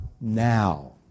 now